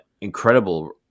incredible